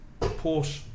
Porsche